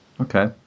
Okay